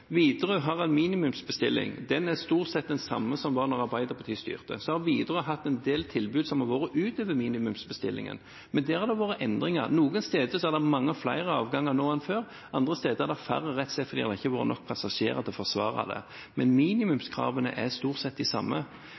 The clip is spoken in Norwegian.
Widerøe har en minimumsbestilling, og den er stort sett den samme som da Arbeiderpartiet styrte. Og så har Widerøe hatt en del tilbud utover minimumsbestillingen, men der har det vært endringer. Noen steder er det mange flere avganger nå enn før. Andre steder er det færre, rett og slett fordi det ikke har vært nok passasjerer til å forsvare det. Men minimumskravene er stort sett de samme.